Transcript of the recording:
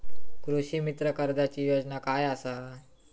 कृषीमित्र कर्जाची योजना काय असा?